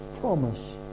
promise